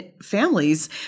families